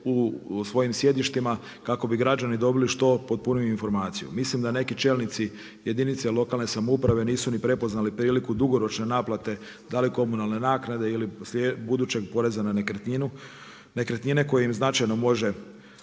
u svojim sjedištima, kako bi građani dobili što potpuniju informaciju. Mislim da neki čelnici jedinice lokalne samouprave nisu ni prepoznali priliku dugoročne naplate, da li komunalne naknade ili budućeg poreza na nekretninu, nekretnine koje im značajno može